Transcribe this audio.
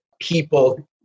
people